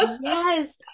Yes